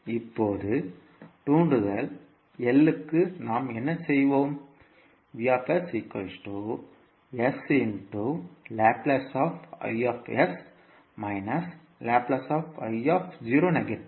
இப்போது தூண்டல் L க்கு நாம் என்ன செய்வோம்